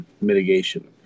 mitigation